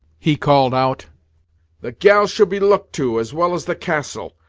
he called out the gals shall be looked to, as well as the castle.